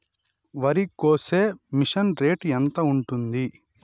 వరికోసే machine rate ఎంత ఉంటుంది?